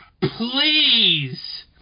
Please